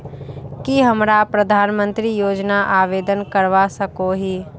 की हमरा प्रधानमंत्री योजना आवेदन करवा सकोही?